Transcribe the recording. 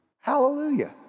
Hallelujah